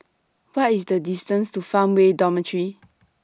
What IS The distance to Farmway Dormitory